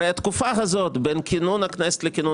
הרי התקופה הזאת בין כינון הכנסת לכינון